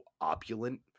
opulent